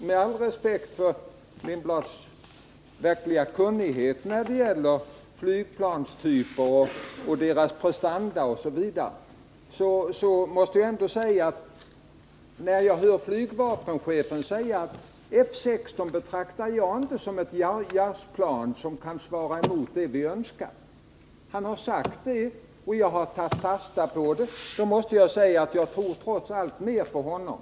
Med all respekt för Hans Lindblads stora kunnighet när det gäller flygplanstyper, deras prestanda osv., måste jag ändå säga att flygvapenchefen har sagt: F 16 betraktar jag inte som ett JAS-plan som kan svara emot det vi önskar. Han har sagt detta, och jag har tagit fasta därpå; och jag tror trots allt mer på honom.